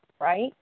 right